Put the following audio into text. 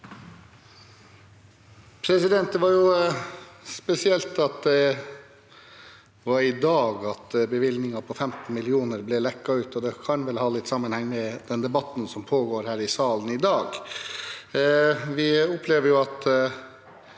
spesielt at det var i dag bevilgningen på 15 mill. kr ble lekket ut. Det kan vel ha litt sammenheng med debatten som pågår her i salen i dag. Vi opplever at